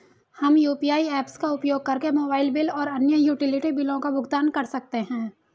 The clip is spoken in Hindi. हम यू.पी.आई ऐप्स का उपयोग करके मोबाइल बिल और अन्य यूटिलिटी बिलों का भुगतान कर सकते हैं